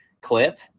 clip